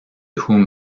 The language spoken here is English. whom